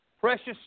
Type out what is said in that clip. precious